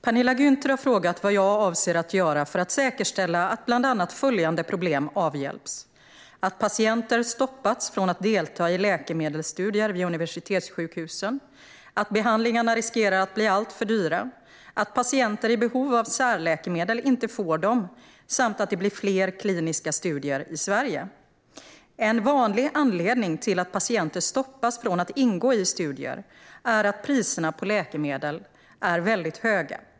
Herr talman! Penilla Gunther har frågat vad jag avser att göra för att säkerställa att bland annat följande problem avhjälps: att patienter stoppats från att delta i läkemedelsstudier vid universitetssjukhusen, att behandlingarna riskerar att bli alltför dyra, att patienter i behov av särläkemedel inte får dem samt att det måste bli fler kliniska studier i Sverige. En vanlig anledning till att patienter stoppas från att ingå i studier är att priserna på läkemedlen är väldigt höga.